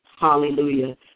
hallelujah